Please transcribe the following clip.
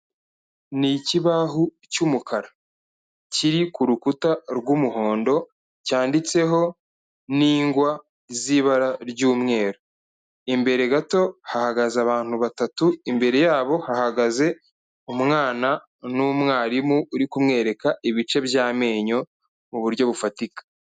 Ni ikibaho cy'umukara, kiri ku rukuta rw'umuhondo, cyanditseho n'ingwa z'ibara ry'umweru, imbere gato hahagaze abantu batatu, imbere yabo hahagaze umwana, n'umwarimu uri kumwereka ibice by'amenyo, mu buryo bufatika.